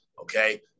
Okay